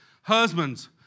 Husbands